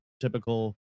typical